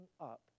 up